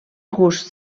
gust